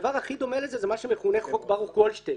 הדבר הכי דומה לזה הוא מה שמכונה חוק ברוך גולדשטיין,